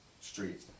street